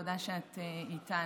תודה שאת איתנו.